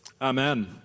Amen